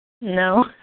No